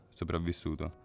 sopravvissuto